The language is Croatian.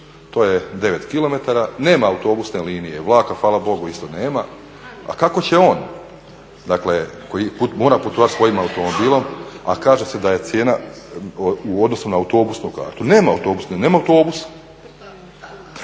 to je 9km, nema autobusne linije, vlada hvala Bogu isto nema, a kako će on koji mora putovati svojim automobilom, a kaže se da je cijena u odnosu na autobusnu kartu? Nema autobusne, nema autobusa.